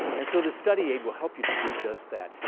and so the study aid will help you to do just that.